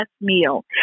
meal